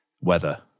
weather